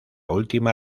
última